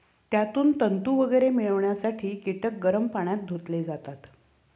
त्यातून तंतू वगैरे मिळवण्यासाठी कीटक गरम पाण्यात धुतले जातात